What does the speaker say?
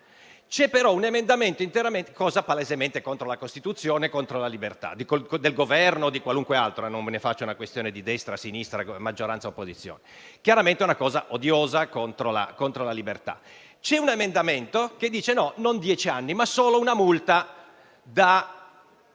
carcere per dieci anni, cosa palesemente contro la Costituzione e contro la libertà. Dico del Governo, ma può essere di qualunque altro soggetto, non ne faccio una questione di destra, sinistra, maggioranza o opposizione. Chiaramente è una cosa odiosa e contro la libertà. C'è un emendamento che dice: non dieci anni, ma solo una multa da